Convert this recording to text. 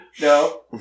No